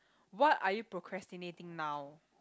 what are you procrastinating now